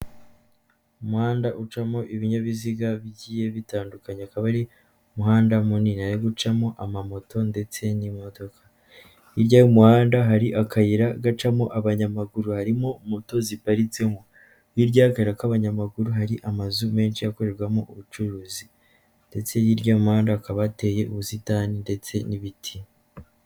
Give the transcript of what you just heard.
Umuhanda ucamo ibinyabiziga bigiye bitandukanye, akaba ari umuhanda munini uri gucamo ama moto ndetse n'imodoka, hirya y'umuhanda hari akayira gacamo abanyamaguru, harimo moto ziparitsemo, hirya y'akayira k'abanyamaguru hari amazu menshi akorerwamo ubucuruzi, ndetse hirya y'umuhanda hakaba hateye ubusitani ndetse n'ibiti.